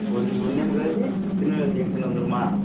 ஒன்று ஒன்றே முக்காலுக்கு திருநெல்வேலி ஜங்ஷன் வந்துருமா